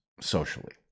socially